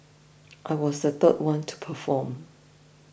I was the third one to perform